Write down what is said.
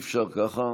אי-אפשר ככה.